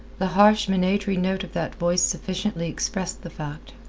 the harsh, minatory note of that voice sufficiently expressed the fact.